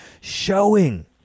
showing